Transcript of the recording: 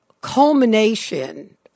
culmination